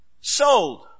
Sold